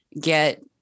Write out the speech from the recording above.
get